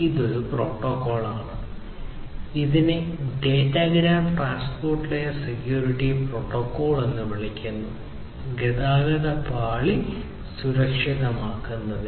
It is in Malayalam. ഇതൊരു പ്രോട്ടോക്കോളാണ് ഇതിനെ datagram transport layer security protocol എന്ന് വിളിക്കുന്നു ഗതാഗത പാളി സുരക്ഷിതമാക്കുന്നതിന്